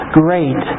great